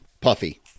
puffy